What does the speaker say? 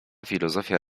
filozofia